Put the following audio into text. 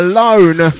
Alone